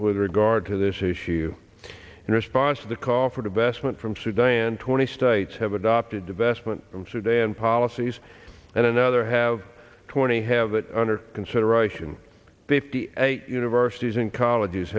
with regard to this issue in response to the call for the best month from sudan twenty states have adopted divestment from sudan policies and another have twenty have it under consideration fifty eight universities and colleges